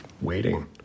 waiting